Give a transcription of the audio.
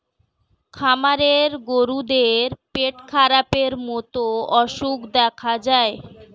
খামারের গরুদের পেটখারাপের মতো অসুখ দেখা যায়